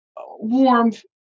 warmth